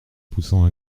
poussant